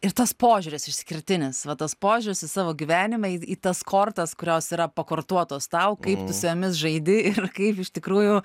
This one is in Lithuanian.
ir tas požiūris išskirtinis va tas požiūris į savo gyvenimą į tas kortas kurios yra pakortuotos tau kaip tu su jomis žaidi ir kaip iš tikrųjų